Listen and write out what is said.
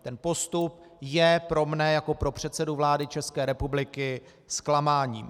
Tento postup je pro mne jako pro předsedu vlády České republiky zklamáním.